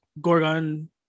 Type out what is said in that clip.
gorgon